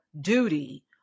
duty